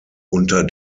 unter